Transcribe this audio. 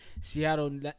Seattle